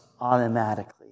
automatically